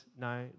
no